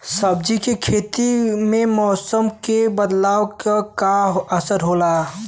सब्जी के खेती में मौसम के बदलाव क का असर होला?